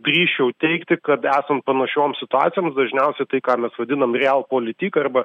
drįsčiau teigti kad esant panašioms situacijoms dažniausiai tai ką mes vadinam real polityk arba